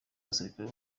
abasirikare